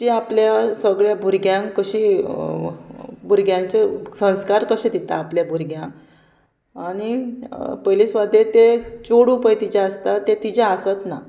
जी आपल्या सगळ्या भुरग्यांक कशी भुरग्यांचे संस्कार कशें दिता आपल्या भुरग्यांक आनी पयली स्वत ते चोडू पळय तिचे आसता ते तिजे आसत ना